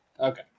Okay